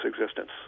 existence